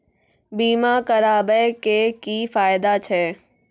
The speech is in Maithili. बीमा कराबै के की फायदा छै?